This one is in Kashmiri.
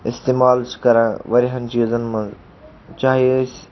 اِستِعمال چھِ کَران واریاہَن چیٖزَن منٛز چاہے أسۍ